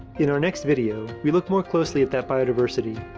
in our next video, we look more closely at that biodiversity.